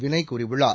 வினய் கூறியுள்ளார்